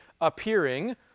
appearing